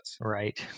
Right